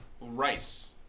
Rice